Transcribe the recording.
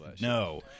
No